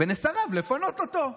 ונסרב לפנות אותו.